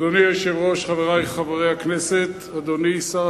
אדוני היושב-ראש, חברי חברי הכנסת, אדוני שר